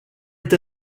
est